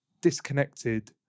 disconnected